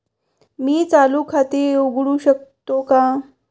मी चालू खाते उघडू शकतो का?